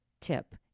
tip